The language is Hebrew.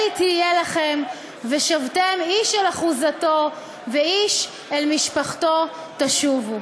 הוא תהיה לכם ושבתם איש אל אחזתו ואיש אל משפחתו תשבו".